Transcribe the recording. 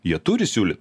jie turi siūlyt